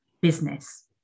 business